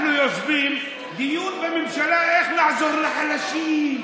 אנחנו יושבים בדיון בממשלה איך לעזור לחלשים,